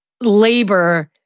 labor